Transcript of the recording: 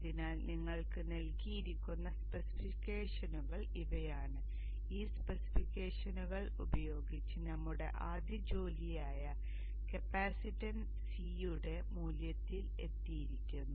അതിനാൽ നിങ്ങൾക്ക് നൽകിയിരിക്കുന്ന സ്പെസിഫിക്കേഷനുകൾ ഇവയാണ് ഈ സ്പെസിഫിക്കേഷനുകൾ ഉപയോഗിച്ച് നമ്മുടെ ആദ്യ ജോലിയായ കപ്പാസിറ്റൻസ് c യുടെ മൂല്യത്തിൽ എത്തിയിരിക്കുന്നു